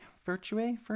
Virtue